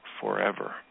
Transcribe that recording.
forever